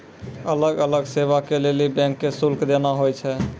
अलग अलग सेवा के लेली बैंक के शुल्क देना होय छै